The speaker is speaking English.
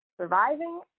surviving